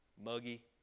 muggy